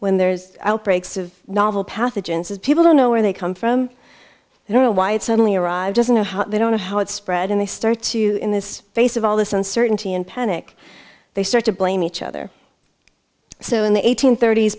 when there's outbreaks of novel pathogens as people don't know where they come from they don't know why it suddenly arrived doesn't know what they don't know how it spread and they start to in this face of all this uncertainty and panic they start to blame each other so in the eighteenth thirt